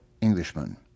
Englishman